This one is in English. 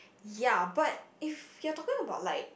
ya but if you're talking about like